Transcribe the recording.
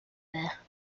there